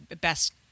best